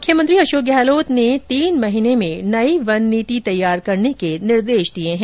मुख्यमंत्री अशोक गहलोत ने तीन महीने में नई वन नीति तैयार करने के निर्देश दिए हैं